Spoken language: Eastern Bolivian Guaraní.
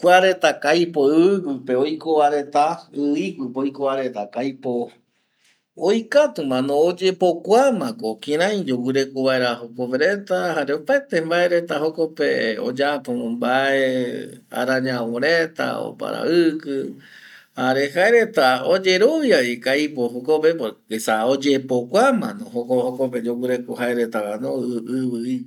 Kua reta ko aipo ivigui pe oiko va reta i iguipe oiko va reta ko aipo oikatu ma no, oyepokua ma ko kirai yoguireko vaera jokope reta jare opaete jare opaete mbae reta jokope oyapo mbae ara ñano reta oparaviki jare jae reta oyerovia vi ko aipo jokope esa oyepokua ma no jokope yoguireko jae reta va no ivi igui pe